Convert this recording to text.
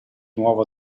nuovo